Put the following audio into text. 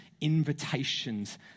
invitations